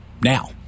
now